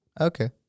Okay